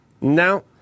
No